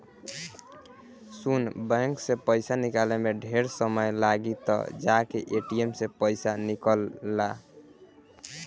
सुन बैंक से पइसा निकाले में ढेरे समय लागी त जाके ए.टी.एम से पइसा निकल ला